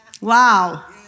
Wow